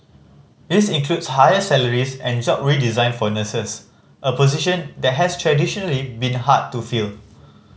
this includes higher salaries and job redesign for nurses a position that has traditionally been hard to fill